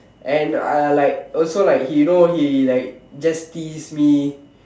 and I like also like he know he like just tease me